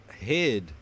head